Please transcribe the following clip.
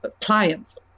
clients